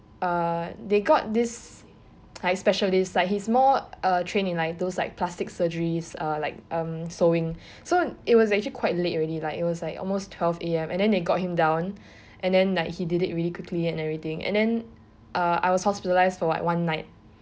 uh they got this like specialist like he's more uh trained in like those like plastic surgeries uh like um sewing so it was actually quite late already like it was like almost twelve A_M and then they got him down and then like he did it really quickly and everything and then uh I was hospitalised for like one night